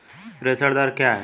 प्रेषण दर क्या है?